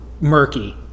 murky